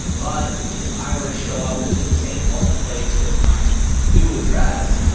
but if i were to show up to the same polling place with my new address,